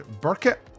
Burkett